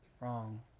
wrong